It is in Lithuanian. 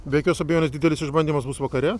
be jokios abejonės didelis išbandymas bus vakare